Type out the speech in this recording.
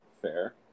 Fair